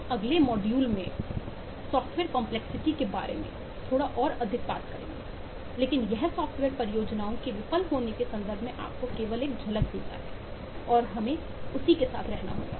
हम अगले मॉड्यूल में सॉफ्टवेयर कंपलेक्सिटी के बारे में थोड़ा और अधिक बात करेंगे लेकिन यह सॉफ्टवेयर परियोजनाओं के विफल होने के संदर्भ में आपको केवल झलक देता है और हमें उसी के साथ रहना होगा